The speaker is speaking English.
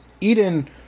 Eden